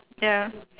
ya